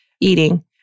eating